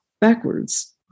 Backwards